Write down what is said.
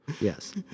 Yes